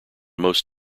most